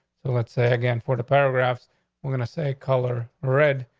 so let's say again for the paragraphs we're gonna say color red,